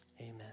amen